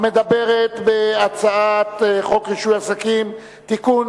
מדובר בהצעת חוק רישוי עסקים (תיקון,